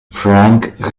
frank